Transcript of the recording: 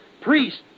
priests